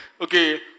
Okay